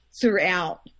throughout